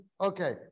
Okay